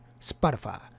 Spotify